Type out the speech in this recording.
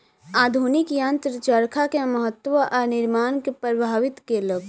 आधुनिक यंत्र चरखा के महत्त्व आ निर्माण के प्रभावित केलक